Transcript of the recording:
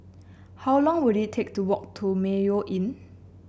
how long will it take to walk to Mayo Inn